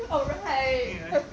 alright